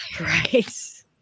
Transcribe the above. Right